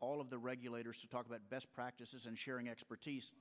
all of the regulators to talk about best practices and sharing expertise